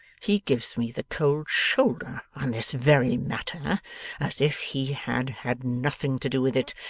he gives me the cold shoulder on this very matter as if he had had nothing to do with it,